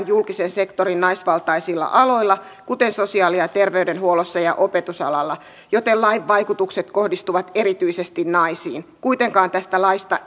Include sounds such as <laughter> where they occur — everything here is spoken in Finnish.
<unintelligible> julkisen sektorin naisvaltaisilla aloilla kuten sosiaali ja terveydenhuollossa ja opetusalalla joten lain vaikutukset kohdistuvat erityisesti naisiin kuitenkaan tästä laista <unintelligible>